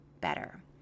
better